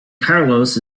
carlos